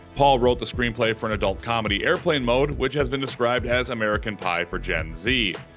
paul wrote the screenplay for an adult comedy, airplane mode, which has been described as american pie for gen z,